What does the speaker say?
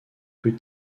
plus